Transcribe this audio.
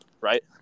right